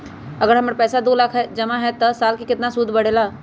अगर हमर पैसा दो लाख जमा है त साल के सूद केतना बढेला?